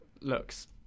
looks